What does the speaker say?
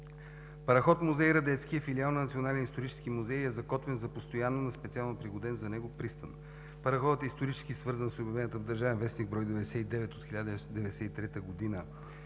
Параход музей „Радецки“ е филиал на Националния исторически музей и е закотвен за постоянно на специално пригоден за него пристан. Параходът е исторически свързан с обявената в „Държавен вестник“, брой 99 от 1993 г.